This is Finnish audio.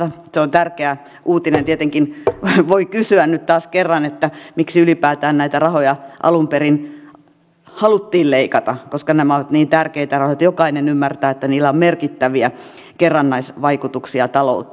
se on tärkeä uutinen ja tietenkin voi kysyä nyt taas kerran miksi ylipäätään näitä rahoja alun perin haluttiin leikata koska nämä ovat niin tärkeitä rahoja jokainen ymmärtää että niillä on merkittäviä kerrannaisvaikutuksia talouteen